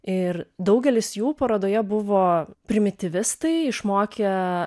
ir daugelis jų parodoje buvo primityvistai išmokę